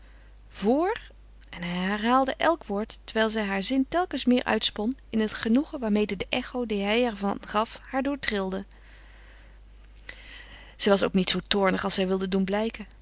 voor en hij herhaalde elk woord terwijl zij haar zin telkens meer uitspon in het genoegen waarmede de echo die hij er van gaf haar doortrilde zij was ook niet zoo toornig als zij wilde doen blijken